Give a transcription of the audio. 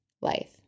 life